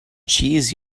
cheese